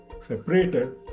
separated